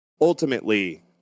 ultimately